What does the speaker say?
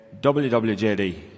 WWJD